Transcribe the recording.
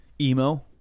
Emo